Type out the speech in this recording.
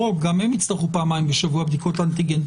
כי נראה אם יש גידול בבדיקות האנטיגן.